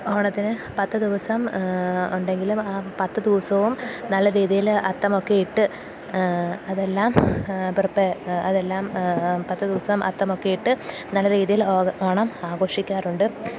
ഓണത്തിനു പത്തു ദിവസം ഉണ്ടെങ്കിലും ആ പത്തു ദിവസവും നല്ല രീതിയില് അത്തമൊക്കെ ഇട്ട് അതെല്ലാം അതെല്ലാം പത്തു ദിവസം അത്തമൊക്കെ ഇട്ടു നല്ല രീതിയിൽ ഓണം ആഘോഷിക്കാറുണ്ട്